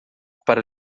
para